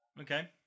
Okay